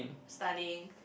studying